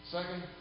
Second